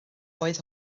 oedd